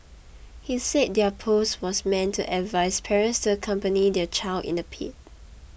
he said their post was meant to advise parents to accompany their child in the pit